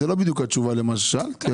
זה לא בדיוק התשובה למה ששאלתי,